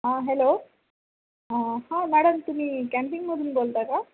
हां हॅलो हां मॅडम तुम्ही कॅन्टीनमधून बोलता का